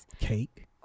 Cake